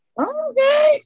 okay